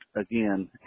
again